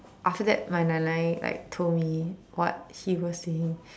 after that my 奶奶 like told me what he was saying